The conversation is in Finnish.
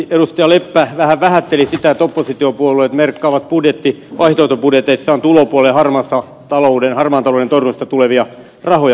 leppä vähän vähätteli sitä että oppositiopuolueet merkkaavat vaihtoehtobudjeteissaan tulopuolelle harmaan talouden torjunnasta tulevia rahoja